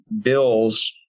bills